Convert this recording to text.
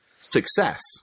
success